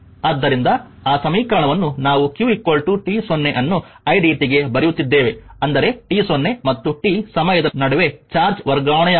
ಆದ್ದರಿಂದ ಆ ಸಮೀಕರಣವನ್ನು ನಾವು q t 0 ಅನ್ನು idt ಗೆ ಬರೆಯುತ್ತಿದ್ದೇವೆ ಅಂದರೆ ಟಿ 0 ಮತ್ತು ಟಿ ಸಮಯದ ನಡುವೆ ಚಾರ್ಜ್ ವರ್ಗಾವಣೆಯಾಗುತ್ತದೆ